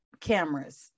Cameras